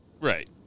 Right